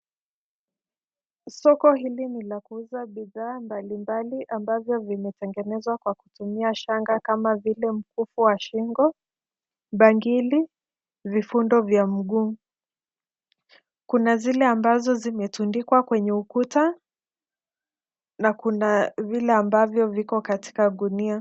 Soko hili ni la kuuza bidhaa mbalimbali ambavyo vimetengenezwa kwa kutumia shanga kama vile: mfuku wa shingo, bangili, vifundo vya mguu. Kuna zile ambazo zimetundikwa kwenye ukuta na kuna vile ambavyo viko katika gunia.